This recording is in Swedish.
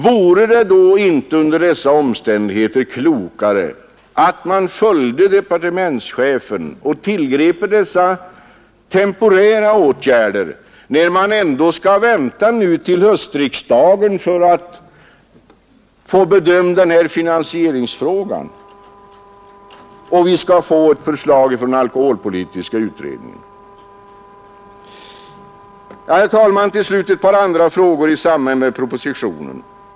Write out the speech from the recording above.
Vore det inte under dessa omständigheter klokare att man följde departementschefens förslag och tillgrep dessa temporära åtgärder, när man ändå skall vänta till höstriksdagen för att få finansieringsfrågan bedömd och få förslag från alkoholpolitiska utredningen? Jag vill, herr talman, ta upp ett par andra frågor i samband med propositionen 61.